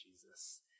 Jesus